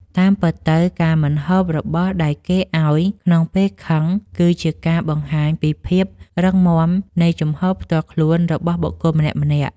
តាមពិតទៅការមិនហូបរបស់ដែលគេឱ្យក្នុងពេលខឹងគឺជាការបង្ហាញពីភាពរឹងមាំនៃជំហរផ្ទាល់ខ្លួនរបស់បុគ្គលម្នាក់ៗ។